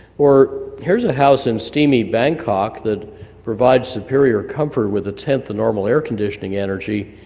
or here's a house in steamy bangkok that provides superior comfort with a tenth of normal air-conditioning energy,